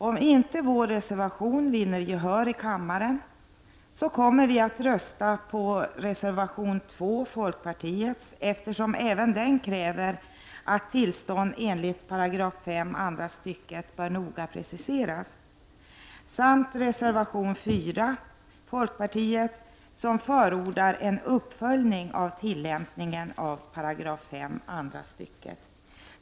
Om inte vår reservation vinner gehör i kammaren kommer vi att rösta för reservation 2 från folkpartiet, eftersom även den kräver att tillstånd enligt 5§ andra stycket bör noggrant preciseras, samt reservation 4 från folkpartiet som fordrar en uppföljning av tillämpningen av 5§ andra stycket.